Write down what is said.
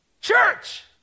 Church